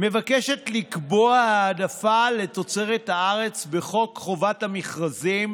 מבקשת לקבוע העדפה לתוצרת הארץ בחוק חובת המכרזים